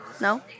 No